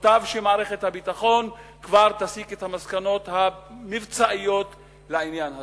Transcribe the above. מוטב שמערכת הביטחון כבר תסיק את המסקנות המבצעיות בעניין הזה.